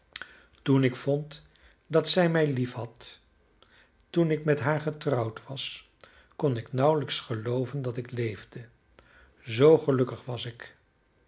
toen ik vond dat zij mij liefhad toen ik met haar getrouwd was kon ik nauwelijks gelooven dat ik leefde zoo gelukkig was ik